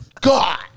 God